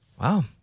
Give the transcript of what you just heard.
Wow